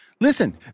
listen